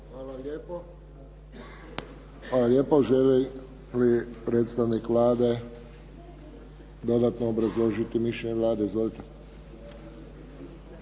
Josip (HSS)** Hvala lijepo. Želi li predstavnik Vlade dodatno obrazložiti mišljenje Vlade? Izvolite.